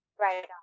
Right